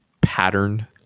pattern